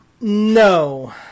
No